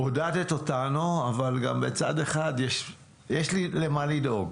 עודדת אותנו אבל גם בצד אחד, יש לי למה לדאוג.